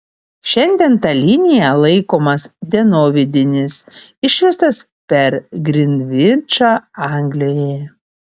šiandien ta linija laikomas dienovidinis išvestas per grinvičą anglijoje